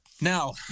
now